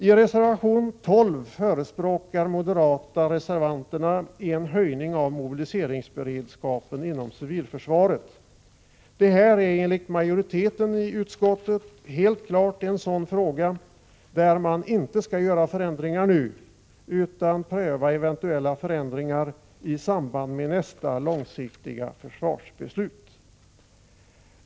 I reservation 12 förespråkar de moderata reservanterna en höjning av mobiliseringsberedskapen inom civilförsvaret. Det är enligt majoriteten i utskottet helt klart en sådan angelägenhet där man inte nu skall företa förändringar utan pröva eventuella förändringar i samband med nästa långsiktiga försvarsbeslut.